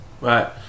Right